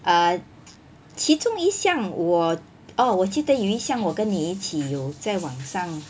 err 其中一项我 oh 我记得有一项我跟你一起有在网上